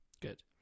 Good